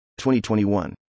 2021